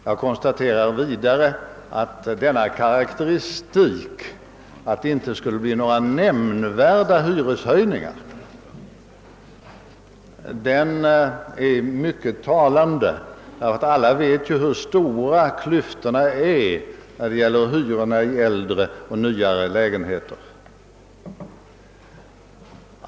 Jag konstaterar vidare att hans egen karakteristik, att det inte skulle bli några nämnvärda hyreshöjningar, är mycket talande, ty alla vet ju hur stora klyftorna är mellan hyrorna i äldre och nyare lägenheter.